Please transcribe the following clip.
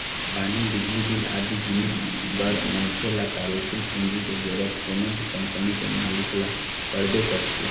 पानी, बिजली बिल आदि जिनिस बर मनखे ल कार्यसील पूंजी के जरुरत कोनो भी कंपनी के मालिक ल पड़बे करथे